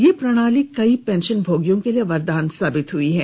यह प्रणाली कई पेंशन भोगियों के लिए वरदान साबित हुई है